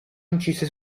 incise